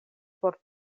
por